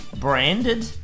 branded